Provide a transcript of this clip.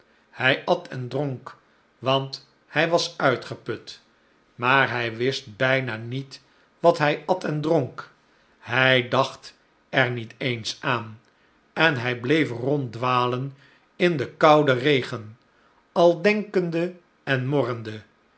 hij at en dronk want hij was uitgeput maar hij wist bijna niet wat hij at en dronk hij dacht er niet eens aan en hij bleef ronddwalen in den kouden regen al denkende